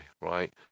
right